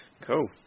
Cool